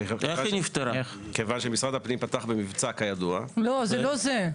כי משרד הפנים פתח במבצע כידוע- -- זה לא זה.